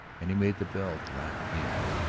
and he made the bells laugh again.